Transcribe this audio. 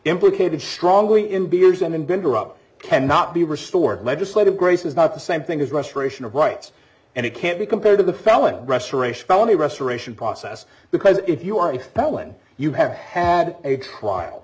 implicated strongly in beers an inventor up cannot be restored legislative grace is not the same thing as restoration of rights and it can't be compared to the felon restoration felony restoration process because if you are you that when you have had a trial